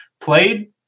played